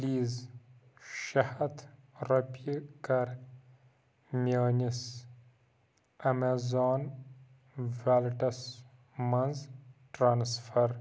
please شےٚ ہَتھ رۄپیہِ کَر میٛٲنِس اَیمازان ویلٹس مَنٛز ٹرٛانٕسفر